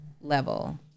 level